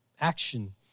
action